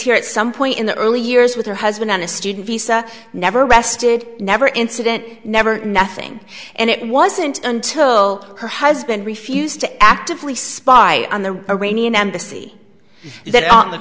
here at some point in the early years with her husband on a student visa never arrested never incident never nothing and it wasn't until her husband refused to actively spy on the iranian embassy that on the